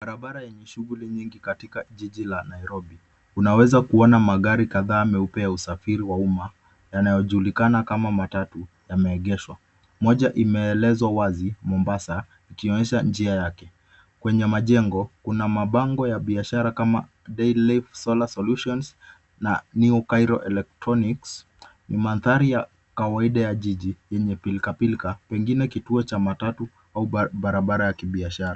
Barabara yenye shughuli nyingi katika jiji la Nairobi. Unaweza kuona magari kadhaa meupe ya usafiri wa umma, yanayojulikana kama matatu, yameegeshwa. Moja imeelezwa wazi, Mombasa, ikionyesha njia yake. Kwenye majengo kuna mabango ya biashara kama Dayliff Solar Solutions na New Cairo Electronics. Ni mandhari ya kawaida ya jiji yenye pilkapilka, pengine kituo cha matatu au barabara ya kibiashara.